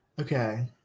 Okay